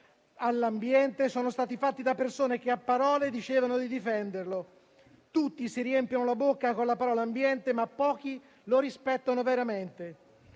l'ambiente sono stati fatti da persone che a parole dicevano di difenderlo. Tutti si riempiono la bocca con la parola ambiente, ma pochi lo rispettano veramente.